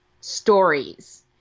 stories